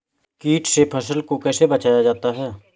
कीट से फसल को कैसे बचाया जाता हैं?